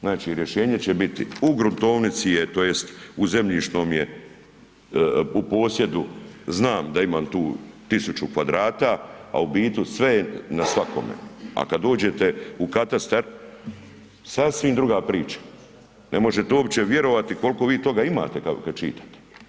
Znači rješenje će biti u gruntovnici je, tj. u zemljišnom je u posjedu, znam da imam tu tisuću kvadrata, a u biti sve je na svakome, a kad dođete u katastar sasvim druga priča, ne možete uopće vjerovati koliko vi toga imate kad čitate.